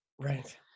Right